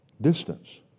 Distance